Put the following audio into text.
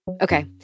Okay